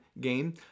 game